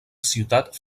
ciutat